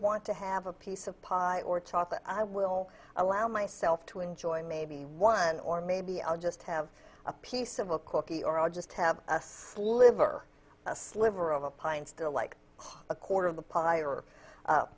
want to have a piece of pie or chocolate i will allow myself to enjoy maybe one or maybe i'll just have a piece of a cookie or i'll just have a sliver a sliver of a pint still like a quarter of the pie or